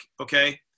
okay